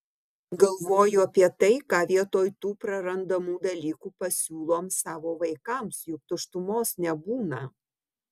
galvoju apie tai ką vietoj tų prarandamų dalykų pasiūlom savo vaikams juk tuštumos nebūna